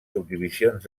subdivisions